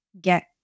get